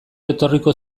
etorriko